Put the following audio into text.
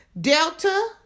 Delta